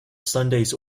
sundays